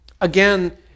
Again